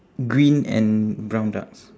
green and brown ducks